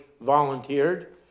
volunteered